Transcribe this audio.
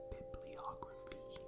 Bibliography